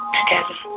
together